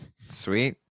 sweet